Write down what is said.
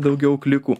daugiau klikų